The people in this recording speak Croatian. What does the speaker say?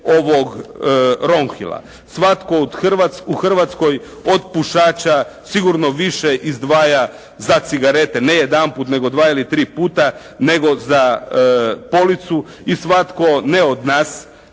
ovog Ronhila. Svatko u Hrvatskoj od pušača sigurno više izdvaja za cigarete ne jedanput nego dva ili tri puta nego za policu i svatko ne od nas